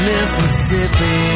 Mississippi